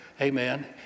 amen